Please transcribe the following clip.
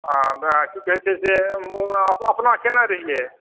की कहै छै जे मूंग अपना केने रहियै